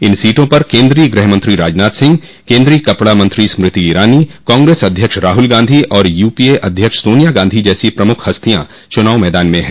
इन सीटों पर केन्द्रीय गृहमंत्री राजनाथ सिंह केन्द्रीय कपड़ा मंत्री स्मृति ईरानो कांग्रेस अध्यक्ष राहुल गांधी और यूपीए अध्यक्ष सोनिया गांधी जैसी प्रमुख हस्तियां चुनाव मैदान में है